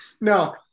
No